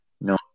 no